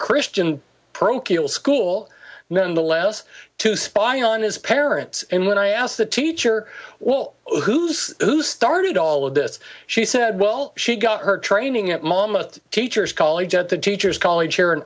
christian school nonetheless to spy on his parents and when i asked the teacher well who's who started all of this she said well she got her training at mama teacher's college at the teacher's college here in